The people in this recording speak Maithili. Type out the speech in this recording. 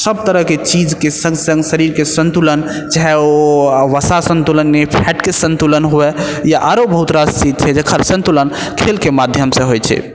सब तरहकेँ चीजके सङ्ग सङ्ग शरीरके सन्तुलन चाहे ओ वसा सन्तुलन हो फैटके सन्तुलन होइ या आरो बहुत रास चीज छै जकर सन्तुलन खेलके माध्यमसँ होइ छै